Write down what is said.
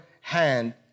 hand